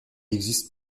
existe